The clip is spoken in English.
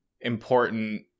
important